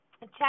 Check